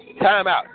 timeout